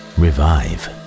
revive